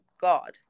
God